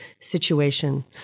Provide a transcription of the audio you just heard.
situation